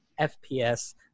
FPS